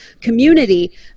Community